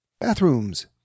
bathrooms